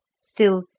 still,